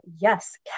yes